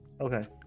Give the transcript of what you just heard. Okay